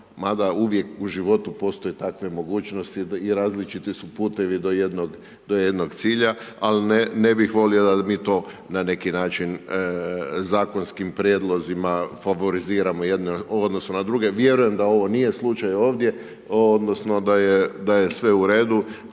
mada uvijek u životu postoje takve mogućnosti i različiti su putovi do jednog cilja, ali ne bih volio da mi to na neki način, zakonskim prijedlozima favoritima u odnosu na druge. Vjerujem da ovo nije slučaj ovdje, odnosno, da je sve u redu,